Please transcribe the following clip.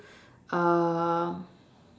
um